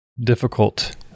difficult